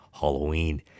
halloween